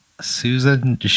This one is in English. Susan